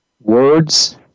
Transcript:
words